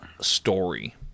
story